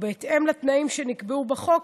ובהתאם לתנאים שנקבעו בחוק